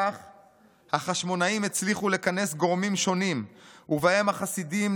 כך החשמונאים הצליחו לכנס גורמים שונים ובהם החסידים,